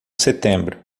setembro